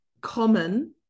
common